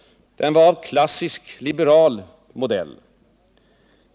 Den var ”av klassisk liberal modell”.